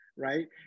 Right